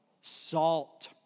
Salt